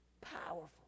Powerful